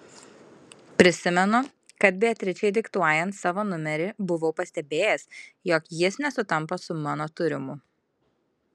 prisimenu kad beatričei diktuojant savo numerį buvau pastebėjęs jog jis nesutampa su mano turimu